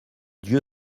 dieu